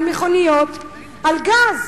על מכוניות על גז.